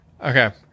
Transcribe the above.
Okay